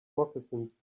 moccasins